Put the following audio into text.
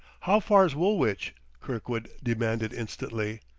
how far's woolwich? kirkwood demanded instantly.